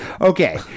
Okay